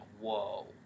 whoa